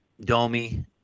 Domi